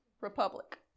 republic